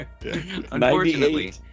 Unfortunately